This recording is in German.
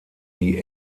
die